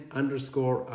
underscore